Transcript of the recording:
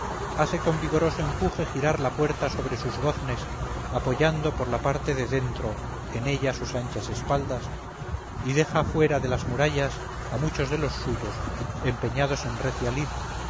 hace con vigoroso empuje girar la puerta sobre sus goznes apoyando por la parte de dentro en ella sus anchas espaldas y deja fuera de las murallas a muchos de los suyos empeñados en recia